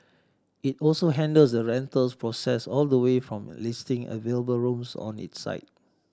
it also handles the rentals process all the way from listing available rooms on its site